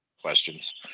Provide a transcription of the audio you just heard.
questions